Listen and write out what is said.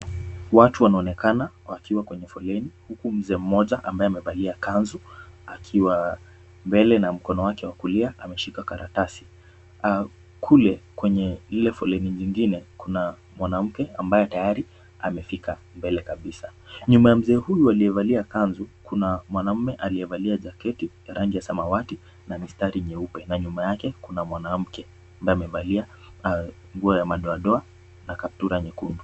Watu wanaonekana wakiwa kwenye foleni huku mzee mmoja ambaye amevalia kanzu, akiwa mbele na mkono wake wa kulia ameshika karatasi. Kule kwenye lile foleni nyingine kuna mwanamke ambaye tayari amefika mbele kabisa. Nyuma ya mzee huyu aliyevalia kanzu, kuna mwanaume aliyevalia jaketi ya rangi ya samawati na mistari nyeupe na nyuma yake kuna mwanamke ambaye amevalia nguo ya madoadoa na kaptula nyekundu.